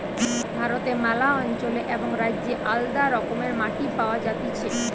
ভারতে ম্যালা অঞ্চলে এবং রাজ্যে আলদা রকমের মাটি পাওয়া যাতিছে